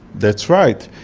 that's right.